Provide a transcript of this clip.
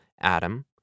Adam